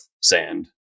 sand